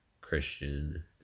Christian